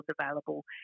available